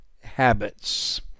habits